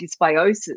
dysbiosis